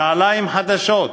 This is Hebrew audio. נעליים חדשות,